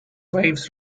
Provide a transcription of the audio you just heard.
waves